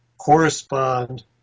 correspond